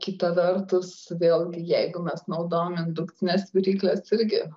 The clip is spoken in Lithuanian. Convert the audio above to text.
kita vertus vėlgi jeigu mes naudojam indukcines virykles irgi